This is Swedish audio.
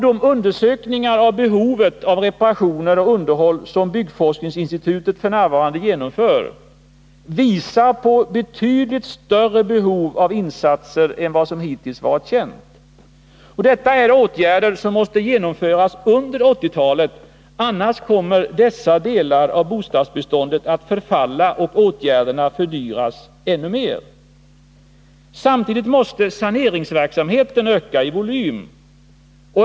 De undersökningar av behovet av reparationer och underhåll som byggforskningsinstitutet f. n. genomför visar på betydligt större behov av insatser än vad som hittills varit känt. Detta är åtgärder som måste genomföras under 1980-talet, annars kommer dessa delar av bostadsbeståndet att förfalla och åtgärderna fördyras ännu mer. Samtidigt måste saneringsverksamheten öka i volym.